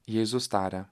jėzus tarė